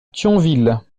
thionville